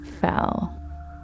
fell